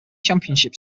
championship